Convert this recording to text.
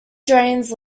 drains